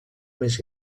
més